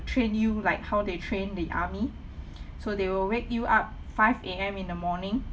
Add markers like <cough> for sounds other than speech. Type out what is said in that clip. train you like how they train the army <breath> so they will wake you up five A_M in the morning